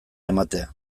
ematea